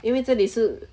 因为这里是